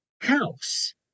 house